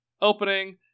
opening